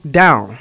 down